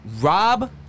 Rob